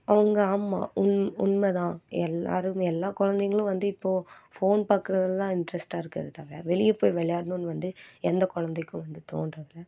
அவங்க ஆமாம் உண் உண்மை தான் எல்லோருமே எல்லா குழந்தைங்களும் வந்து இப்போ ஃபோன் பார்க்குறதுல தான் இன்ட்ரெஸ்ட்டாக இருக்கிறத தவிர வெளியே போய் விளையாடணும்னு வந்து எந்த குழந்தைக்கும் வந்து தோணுறதுல